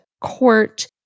court